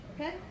Okay